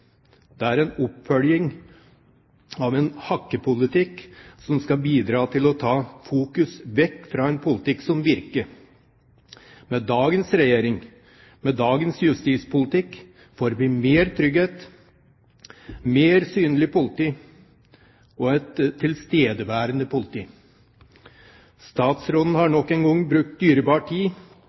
politiet, er en oppfølging av en hakkepolitikk som skal bidra til å ta oppmerksomheten vekk fra en politikk som virker. Med dagens regjering, med dagens justispolitikk, får vi mer trygghet, mer synlig politi – og et tilstedeværende politi. Statsråden har nok en gang brukt dyrebar tid